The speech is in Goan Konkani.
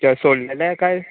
सोललेले काय